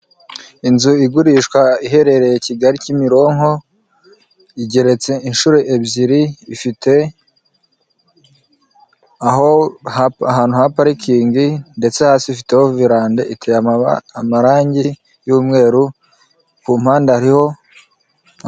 Inzu igurushwa iherereye KIgali-Kimironko igeretse inshuro ebyiri ifite ahantu ha parikingi ndetse hasi ifiteho veranda iteye amarangi y'umweru ku mpande hariho.